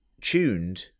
tuned